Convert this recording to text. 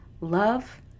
love